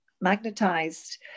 magnetized